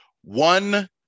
One